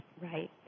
Right